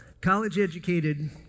college-educated